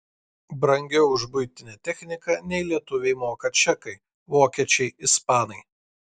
brangiau už buitinę techniką nei lietuviai moka čekai vokiečiai ispanai